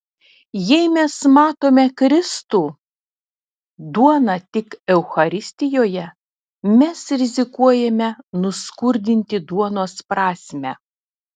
jei mes matome kristų duoną tik eucharistijoje mes rizikuojame nuskurdinti duonos prasmę